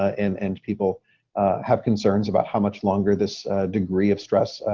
and and people have concerns about how much longer this degree of stress,